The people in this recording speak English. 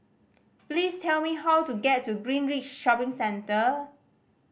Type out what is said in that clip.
please tell me how to get to Greenridge Shopping Centre